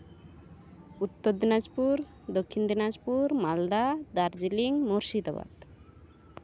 Uttar Dinajpur Dakshin Dinajpur Malda Darjeeling Murshidabad